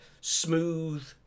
smooth